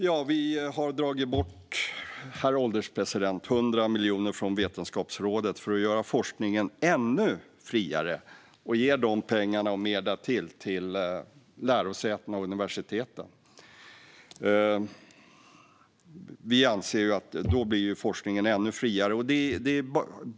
Herr ålderspresident! Vi har dragit bort 100 miljoner från Vetenskapsrådet för att göra forskningen ännu friare och ger de pengarna, och mer därtill, till högskolorna och universiteten. Vi anser att forskningen då blir ännu friare.